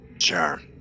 Sure